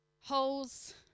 holes